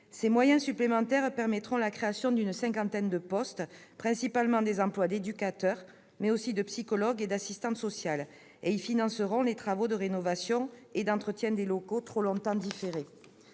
Ces moyens supplémentaires permettront la création d'une cinquantaine de postes, principalement des emplois d'éducateur, mais aussi de psychologue et d'assistante sociale, et ils financeront des travaux de rénovation et d'entretien des locaux trop longtemps différés.